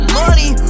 money